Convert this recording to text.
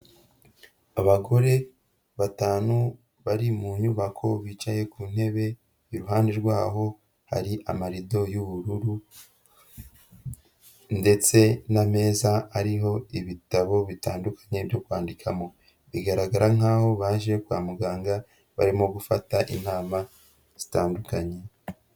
Abagore batanu bari mu nyubako bicaye ku ntebe, iruhande rwaho hari amarido y'ubururu ndetse n'ameza ariho ibitabo bitandukanye byo kwandikamo, bigaragara nkaho baje kwa muganga barimo gufata intama zitandukanye.